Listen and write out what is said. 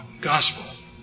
gospel